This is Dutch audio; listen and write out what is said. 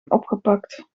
opgepakt